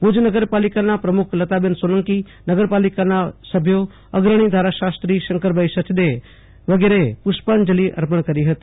ભુજ નગરપાલિકાના પ્રમુખ લતાબેન સોલંકી નગરપાલિકાના સભ્યો અગ્રણી ધારાશાસ્ત્રી શંકરભાઈ સચદે વિગેરે પુષ્પાંજલી અર્પણ કરી હતી